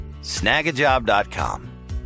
snagajob.com